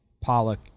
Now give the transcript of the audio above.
Pollock